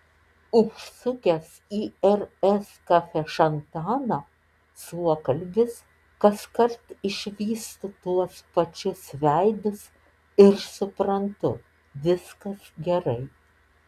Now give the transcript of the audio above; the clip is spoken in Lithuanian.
užsukęs į rs kafešantaną suokalbis kaskart išvystu tuos pačius veidus ir suprantu viskas gerai